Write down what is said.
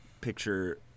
picture